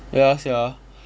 ya sia